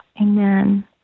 Amen